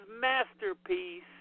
masterpiece